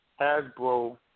Hasbro